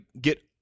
get